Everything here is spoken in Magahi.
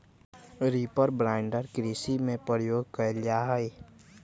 रीपर बाइंडर कृषि कार्य में प्रयोग कइल जा हई